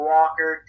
Walker